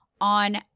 on